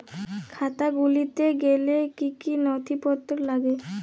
খাতা খুলতে গেলে কি কি নথিপত্র লাগে?